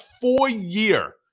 four-year